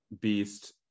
beast